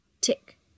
Tick